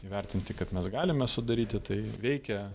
įvertinti kad mes galime sudaryti tai veikia